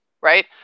right